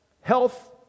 health